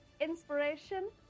inspiration